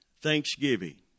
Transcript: thanksgiving